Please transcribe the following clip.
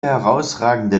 herausragende